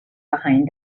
behind